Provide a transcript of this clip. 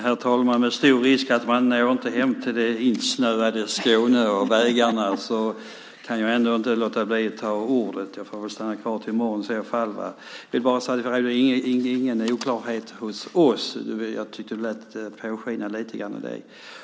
Herr talman! Det är stor risk att jag inte hinner hem till det insnöade Skåne, men jag kunde inte låta bli att begära ordet. Jag får väl stanna kvar till i morgon i så fall. Jag vill säga att det inte råder någon oklarhet hos oss. Jag tyckte att Gunvor G Ericson lät påskina det.